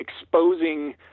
exposing